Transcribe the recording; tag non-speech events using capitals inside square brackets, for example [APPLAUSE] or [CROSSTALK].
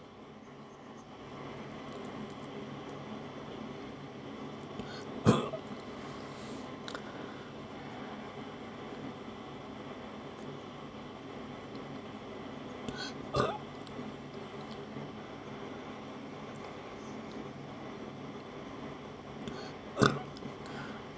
[COUGHS] [COUGHS] [COUGHS]